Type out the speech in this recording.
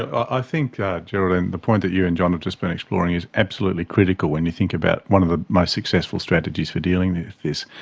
ah i think, geraldine, the point that you and john have just been exploring is absolutely critical when you think about one of the most successful strategies for dealing with this.